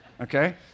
Okay